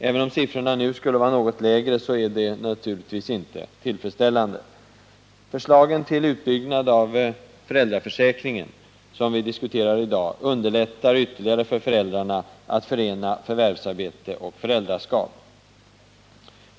Även om siffrorna nu skulle vara något lägre, är läget naturligtvis inte tillfredsställande. Förslagen till utbyggnad av föräldraförsäkringen, som vi diskuterar i dag, underlättar ytterligare för föräldrarna att förena förvärvsarbete och föräldraskap.